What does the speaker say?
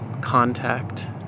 contact